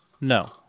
No